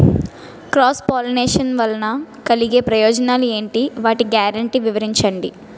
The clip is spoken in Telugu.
క్రాస్ పోలినేషన్ వలన కలిగే ప్రయోజనాలు ఎంటి? వాటి గ్యారంటీ వివరించండి?